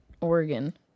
Oregon